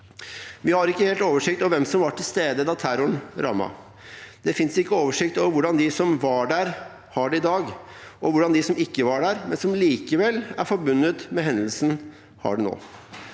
Vi har ikke helt oversikt over hvem som var til stede da terroren rammet. Det finnes ikke oversikt over hvordan de som var der, har det i dag, og hvordan de som ikke var der, men som likevel er forbundet med hendelsen, har det nå.